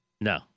No